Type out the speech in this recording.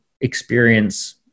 experience